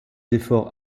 efforts